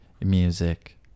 music